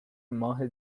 ماه